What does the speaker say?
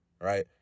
right